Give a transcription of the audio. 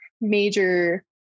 major